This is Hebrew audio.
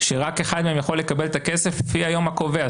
כשרק אחד מהם יכול לקבל את הכסף, לפי היום הקובע.